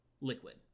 liquid